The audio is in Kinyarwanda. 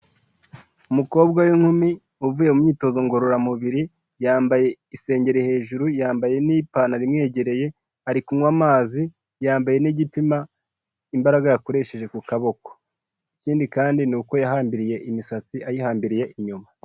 Umukobwa w'inkumi uvuye mu myitozo ngororamubiri yambaye isengeri hejuru, yambaye n'ipantaro imwegereye ari kunywa amazi, yambeye n'igipima imbaraga yakoresheje ku kaboko ikindi kandi ni uko yahambiriye imisatsi ayihambiriye inyuma.